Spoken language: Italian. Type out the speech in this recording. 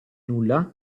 nulla